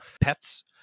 pets